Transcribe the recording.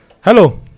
Hello